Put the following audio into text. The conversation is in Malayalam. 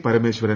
പരമേശ്വരൻ